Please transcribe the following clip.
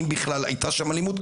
אם בכלל היתה שם אלימות,